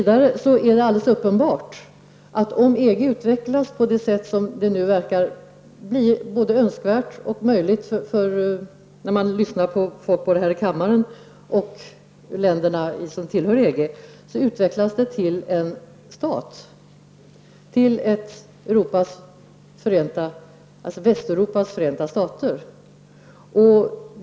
Det är vidare uppenbart att EG kan utvecklas på det sätt som, enligt många i kammaren och många av de länder som redan är medlemmar, är önskvärt och möjligt till ett Västeuropas förenta stater.